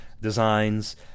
designs